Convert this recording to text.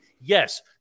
yes